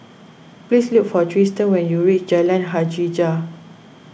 please look for Tristen when you reach Jalan Hajijah